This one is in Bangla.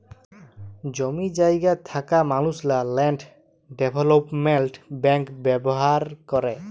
জমি জায়গা থ্যাকা মালুসলা ল্যান্ড ডেভলোপমেল্ট ব্যাংক ব্যাভার ক্যরে